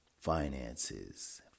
finances